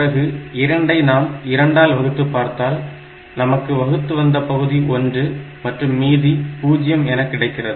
பிறகு 2 ஐ நாம் 2 ஆல் வகுத்து பார்த்தால் நமக்கு வகுத்து வந்த பகுதி 1 மற்றும் மீதி 0 என கிடைக்கிறது